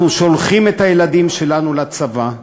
אנחנו שולחים את הילדים שלנו לצבא,